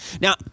Now